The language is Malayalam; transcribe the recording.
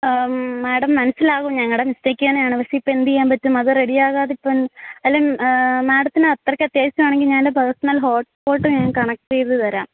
മാഡം മനസിലാകും ഞങ്ങളുടെ മിസ്റ്റേക്ക് തന്നെയാണ് പക്ഷെ ഇപ്പം എന്ത് ചെയ്യാൻ പറ്റും അത് റെഡിയാകാതെ ഇപ്പോൾ അല്ല മാഡത്തിന് അത്രക്ക് അത്യാവശ്യമാണെങ്കിൽ ഞാനെൻ്റെ പേസണൽ ഹോട്ട്സ്പോട്ട് ഞാൻ കണക്റ്റ് ചെയ്ത് തരാം